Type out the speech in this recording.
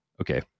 okay